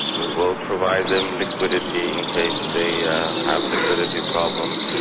we will provide them liquidity in case they have liquidity problems,